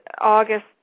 August